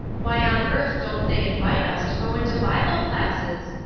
why on earth don't they invite us to go into bible classes?